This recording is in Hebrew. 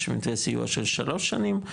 יש מתווה סיוע של שלוש שנים,